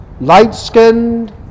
light-skinned